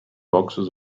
boxes